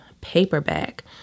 paperback